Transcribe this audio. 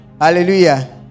Hallelujah